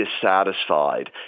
dissatisfied